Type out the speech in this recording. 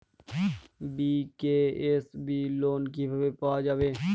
BKSB loan কিভাবে পাওয়া যাবে?